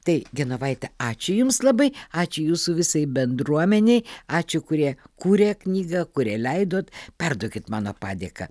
tai genovaite ačiū jums labai ačiū jūsų visai bendruomenei ačiū kurie kūrė knygą kurie leidot perduokit mano padėką